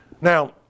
Now